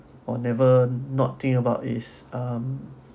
or never not think about is um